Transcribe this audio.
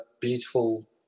beautiful